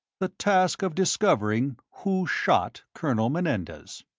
the task of discovering who shot colonel menendez.